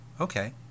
okay